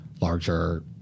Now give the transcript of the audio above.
larger